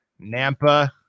Nampa-